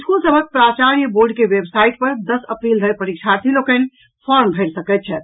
school सभक प्राचार्य board के वेबसाइट पर दस अप्रील धरि परीक्षार्थी लोकनि फार्म भरि सकैत छथि